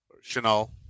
Chanel